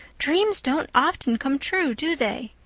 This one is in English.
dreams don't often come true, do they?